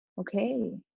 okay